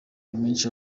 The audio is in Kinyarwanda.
menshi